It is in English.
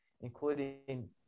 including